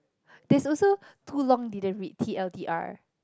there's also too long didn't read T_L_D_R